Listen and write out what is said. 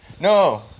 No